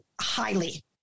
highly